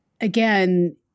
again